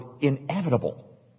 inevitable